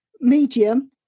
medium